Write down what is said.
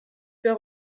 fait